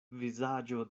vizaĝo